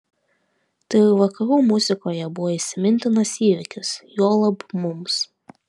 tai ir vakarų muzikoje buvo įsimintinas įvykis juolab mums